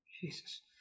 Jesus